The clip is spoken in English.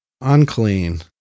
Unclean